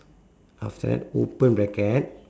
after that open bracket